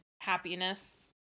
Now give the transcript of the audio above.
happiness